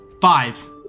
Five